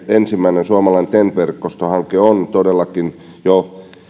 ensimmäinen suomalainen ten t verkostohanke on todellakin jo